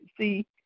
see